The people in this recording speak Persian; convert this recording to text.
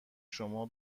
شما